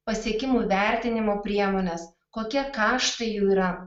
pasiekimų vertinimo priemones kokie kaštai jų yra